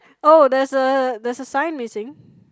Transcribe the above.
oh there's a there's a sign missing